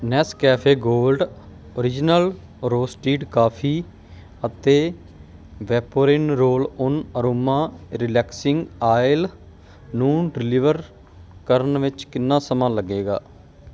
Nescafe gold original roasted coffee ਅਤੇ Vaporin roll on aroma relaxing oil ਨੂੰ deliver ਕਰਨ ਵਿੱਚ ਕਿੰਨਾ ਸਮਾਂ ਲੱਗੇਗਾ